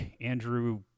Andrew